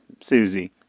Susie